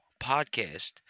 Podcast